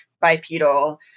bipedal